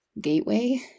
gateway